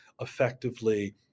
effectively